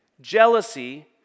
jealousy